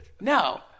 No